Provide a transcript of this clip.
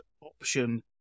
option